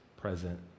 present